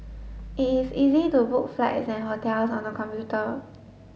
it is easy to book flights and hotels on the computer